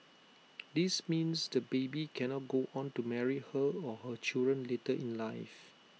this means the baby cannot go on to marry her or her children later in life